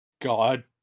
God